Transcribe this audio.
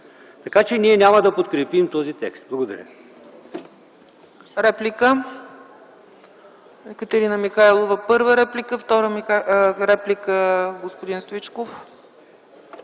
Така че ние няма да подкрепим този текст. Благодаря